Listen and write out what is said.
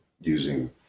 using